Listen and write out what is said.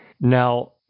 Now